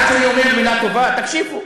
עד שאני אומר מילה טובה, תקשיבו.